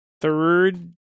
Third